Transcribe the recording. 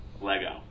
Lego